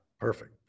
perfect